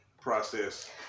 process